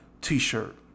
t-shirt